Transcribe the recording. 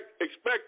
expect